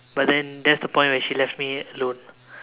but then that's the point when she left me alone